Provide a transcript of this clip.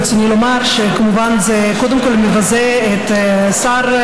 ברצוני לומר שכמובן זה קודם כול מבזה את השר,